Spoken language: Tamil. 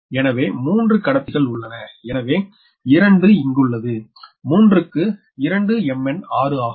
எனவே 3 கடத்திகள் உள்ளன எனவே 2 இங்குள்ளது 3 க்கு 2 mn 6 ஆகும்